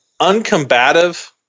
uncombative